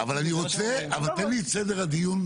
אבל תן לי את סדר הדיון,